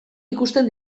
ikusten